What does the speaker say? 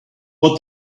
what